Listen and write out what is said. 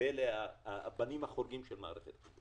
ואלה הבנים החורגים של מערכת החינוך.